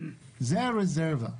זאת הרזרבה.